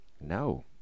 No